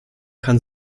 kann